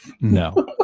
no